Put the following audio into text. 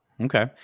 Okay